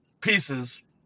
pieces